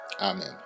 amen